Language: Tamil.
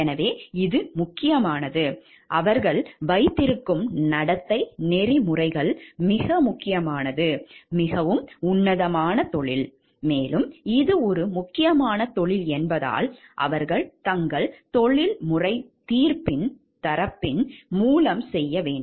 எனவே இது முக்கியமானது அவர்கள் வைத்திருக்கும் நடத்தை நெறிமுறைகள் முக்கியமானது மிகவும் உன்னதமான தொழில் மேலும் இது ஒரு முக்கியமான தொழில் என்பதால் அவர்கள் தங்கள் தொழில்முறை தீர்ப்பின் மூலம் செல்ல வேண்டும்